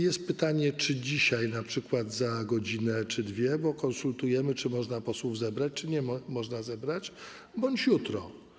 Jest pytanie, czy dzisiaj np. za godzinę czy dwie, bo konsultujemy, czy można posłów zebrać czy nie można zebrać, czy jutro.